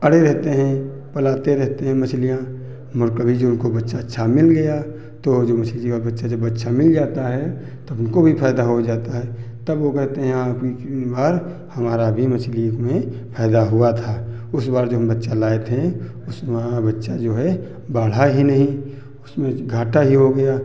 अड़े रहते हैं पलाते रहेते हैं मछलियाँ मगर कभी जो उनको बच्चा अच्छा मिल गया तो वो जो मछली का बच्चा जब अच्छा मिल जाता है तब उनको भी फ़ायदा हो जाता है तब वो कहते हैं हाँ पिछली बार हमारा भी मछली में फ़ायदा हुआ था उस बार जो हम बच्चा लाए थे उस वाला बच्चा जो है बढ़ा ही नहीं उसमें घाटा ही हो गया